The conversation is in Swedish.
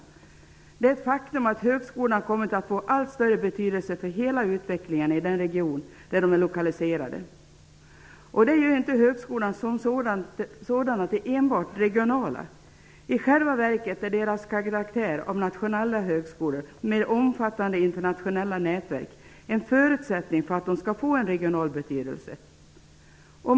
Det är ett faktum att högskolorna kommit att få allt större betydelse för hela utvecklingen i den region där de är lokaliserade. Detta gör inte högskolorna som sådana till enbart regionala. I själva verket är deras karaktär av nationella högskolor med omfattande internationella nätverk en förutsättning för att de skall få en regional betydelse.